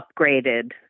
upgraded